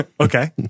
Okay